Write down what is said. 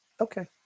Okay